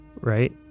Right